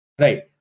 right